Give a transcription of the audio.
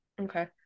Okay